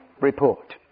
report